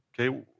okay